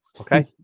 Okay